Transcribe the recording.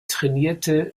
trainierte